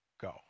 go